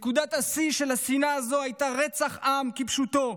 נקודת השיא של השנאה הזו הייתה רצח עם, כפשוטו.